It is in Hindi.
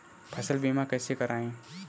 फसल बीमा कैसे कराएँ?